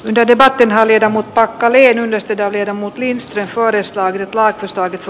de debatin hallita mutta kallein ylistetään jermut lindström koristaa nyt laitostaitettu